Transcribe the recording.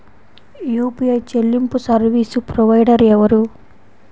UPI చెల్లింపు service provider ఎవరు?